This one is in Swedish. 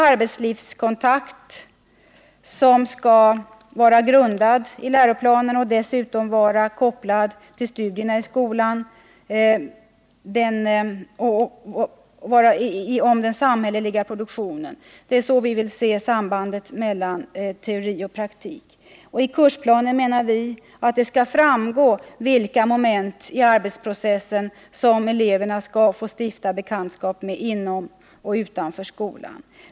Arbetslivskontakt skall vara grundad i läroplanen och skall dessutom vara kopplad till studierna i skolan om den samhälleliga produktionen. Det är så vi villse sambandet mellan teori och praktik. I kursplanen skall det framgå vilka moment i arbetsprocessen som eleverna skall få stifta bekantskap med inom och utanför skolan.